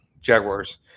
Jaguars